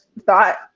thought